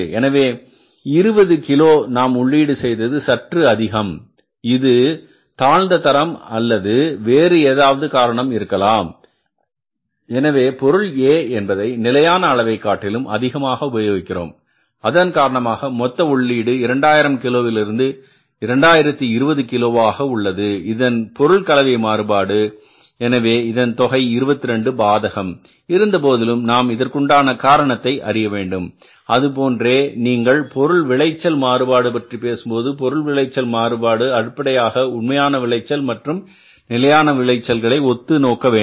எனவே 20 கிலோ நாம் உள்ளீடு செய்தது சற்று அதிகம் இது இது தாழ்ந்த தரம் அல்லது வேறு ஏதாவது காரணம் இருக்கலாம் எனவே பொருள் A என்பதை நிலையான அளவைக் காட்டிலும் அதிகமாக உபயோகிக்கிறோம் அதன் காரணமாக மொத்த உள்ளீடு 2000 கிலோவில் இருந்து 2020 கிலோவாக உள்ளது இது பொருள் கலவை மாறுபாடு எனவே இதன் தொகை 22 பாதகம் இருந்தபோதிலும் நாம் இதற்குண்டான காரணத்தை அறிய வேண்டும் அதுபோன்றே நீங்கள் பொருள் விளைச்சல் மாறுபாடு பற்றி பேசும்போது பொருள் விளைச்சல் மாறுபாடு அடிப்படையாக உண்மையான விளைச்சல் மற்றும் நிலையான விளைச்சல்களை ஒத்து நோக்க வேண்டும்